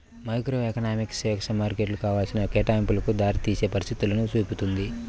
microeconomics స్వేచ్ఛా మార్కెట్లు కావాల్సిన కేటాయింపులకు దారితీసే పరిస్థితులను చూపుతుంది